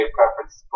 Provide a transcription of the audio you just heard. preference